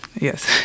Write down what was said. yes